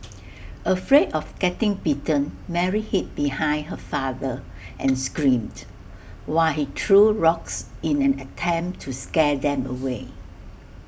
afraid of getting bitten Mary hid behind her father and screamed while he threw rocks in an attempt to scare them away